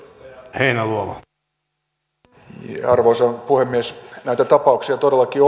arvoisa puhemies näitä tapauksia todellakin